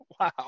wow